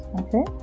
okay